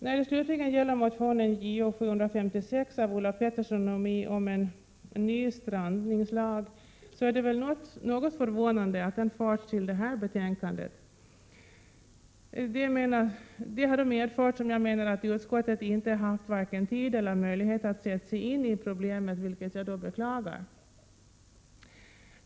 När det slutligen gäller motionen Jo756 av Ulla Pettersson och mig om en ny strandningslag, är det väl något förvånande att den förts till det här betänkandet. Det har då medfört att utskottet inte haft tid och möjlighet att sätta sig in i problemet, vilket jag beklagar.